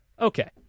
Okay